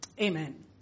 Amen